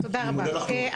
אני מודה לך מאוד.